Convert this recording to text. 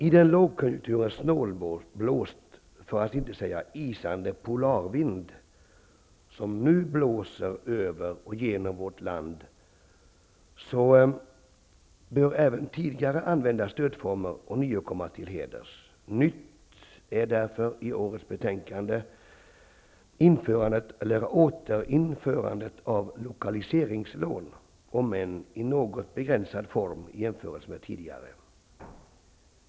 I den lågkonjunktur av snålblåst, för att inte sägande isande polarvind, som nu blåser över och genom vårt land bör även tidigare använda stödformer ånyo komma till heders. Nytt är därför i årets betänkande återinförandet av lokaliseringslån, om än i något begränsad form i jämförelse med tidigare.